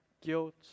guilt